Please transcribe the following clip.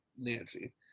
Nancy